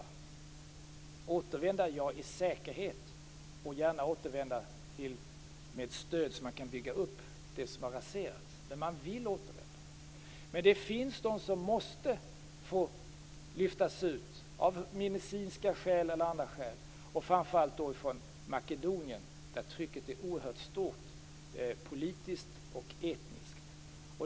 De vill återvända i säkerhet, och de vill gärna återvända med stöd, så att det som har raserats kan byggas upp. De vill återvända. Det finns de som måste lyftas ut av medicinska eller andra skäl framför allt från Makedonien, där trycket är oerhört stort politiskt och etniskt.